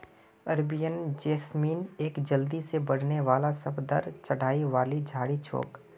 Arabian jasmine एक जल्दी से बढ़ने वाला सदाबहार चढ़ाई वाली झाड़ी छोक